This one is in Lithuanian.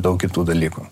daug kitų dalykų